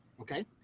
Okay